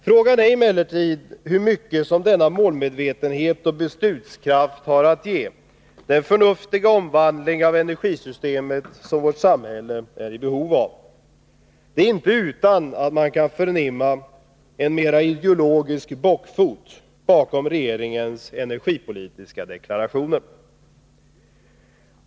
Frågan är emellertid hur mycket denna målmedvetenhet och beslutskraft har att ge för att åstadkomma den förnuftiga omvandling av energisystemet som vårt samhälle är i behov av. Det är inte utan att man kan förnimma en mera ideologisk bockfot bakom regeringens energipolitiska deklarationer.